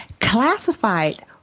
classified